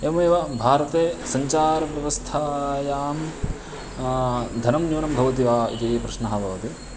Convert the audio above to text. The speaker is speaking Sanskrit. एवमेव भारते सञ्चारव्यवस्थायां धनं न्यूनं भवति वा इति प्रश्नः भवति